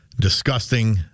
Disgusting